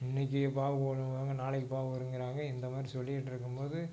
இன்னைக்கு பாவு போடுறேன்பாங்க நாளைக்கு பாவு வரும்ங்கிறாங்க இந்த மாதிரி சொல்லிட்டுருக்கும் போது